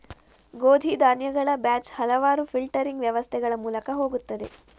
ಗೋಧಿ ಧಾನ್ಯಗಳ ಬ್ಯಾಚ್ ಹಲವಾರು ಫಿಲ್ಟರಿಂಗ್ ವ್ಯವಸ್ಥೆಗಳ ಮೂಲಕ ಹೋಗುತ್ತದೆ